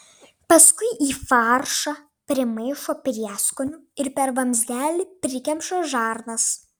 paskui į faršą primaišo prieskonių ir per vamzdelį prikemša žarnas